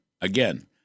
Again